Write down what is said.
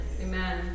Amen